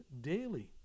daily